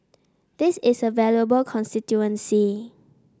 this is a valuable constituency